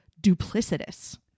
duplicitous